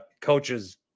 coaches